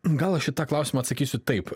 gal aš į tą klausimą atsakysiu taip